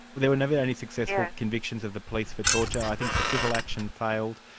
there were never any successful convictions of the police for torture. i think the civil action failed.